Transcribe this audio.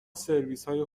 سرویسهای